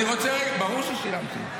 ברור ששילמתי.